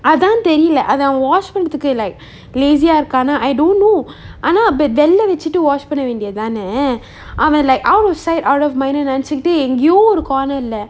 அதான் தெரியல அத அவன்:athan theriyala atha avan wash பண்றதுக்கு:panrathukku like lazy ah இருக்கானா:irukkana I don't know ஆனா:aana well ah வச்சிட்டு:vachittu wash பண்ண வேண்டியது தான அவன்:panna vendiyathu thana avan like out of sight out of mind னு நெனச்சிக்கிட்டு எங்கயோ ஒரு:nu nenachikittu engayo oru corner leh